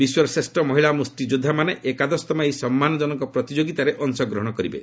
ବିଶ୍ୱର ଶ୍ରେଷ୍ଠ ମହିଳା ମୁଷ୍ଟିଯୋଦ୍ଧାମାନେ ଏକାଦଶତମ ଏହି ସମ୍ମାନକନକ ପ୍ରତିଯୋଗିତାରେ ଅଂଶଗ୍ରଂହଣ କରିବେ